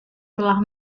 telah